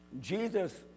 Jesus